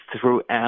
throughout